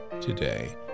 today